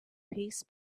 peace